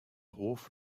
hof